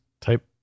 type